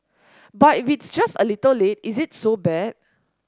but if it's just a little late is it so bad